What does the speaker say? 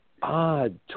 odd